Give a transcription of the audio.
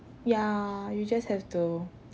ya you just have to